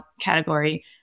category